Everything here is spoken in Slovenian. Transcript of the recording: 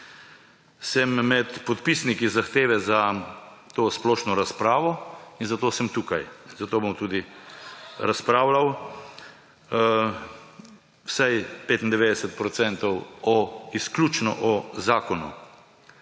Sem med podpisniki zahteve za to splošno razpravo, zato sem tukaj, zato bom tudi razpravljal, vsaj 95 % izključno o zakonu